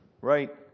Right